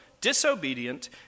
disobedient